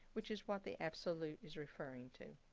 which is what the absolute is referring to.